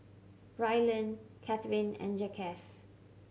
Ryland Catherine and Jaquez